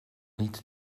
niet